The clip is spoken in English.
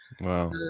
Wow